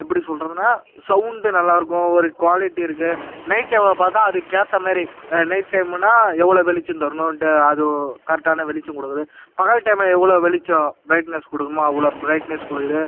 எப்படி சொல்கிறதுன்னா சௌண்டு நல்லா இருக்கும் ஒரு குவாலிட்டி இருக்குது நைட் டைம்ல பார்த்தா அதுக்கேத்த மாரி நைட் டைமுன்னால் எவ்வளோ வெளிச்சம் தரணும் அது கரெக்டான வெளிச்சம் கொடுக்குது பகல் டைம்ல எவ்வளோ வெளிச்சம் ப்ரைட்னெஸ் கொடுக்குமோ அவ்வளோ ப்ரைட்னெஸ் கொடுக்குது